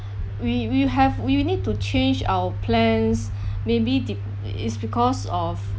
we we will have we will need to change our plans maybe de~ is because of